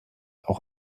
auch